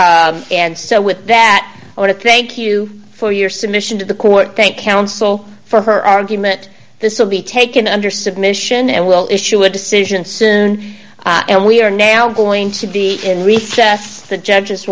and so with that i want to thank you for your submission to the court thank counsel for her argument this will be taken under submission and will issue a decision soon and we are now going to be in recess the judges